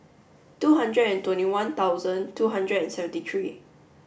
two hundred and twenty one thousand two hundred and seventy three